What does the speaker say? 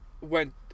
went